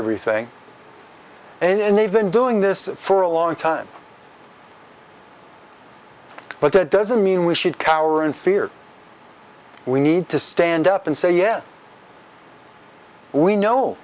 everything and they've been doing this for a long time but that doesn't mean we should cower in fear we need to stand up and say yes we know